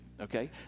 okay